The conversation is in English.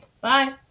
Bye